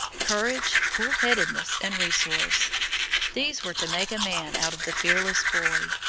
courage, cool-headedness, and resource these were to make a man out of the fearless boy.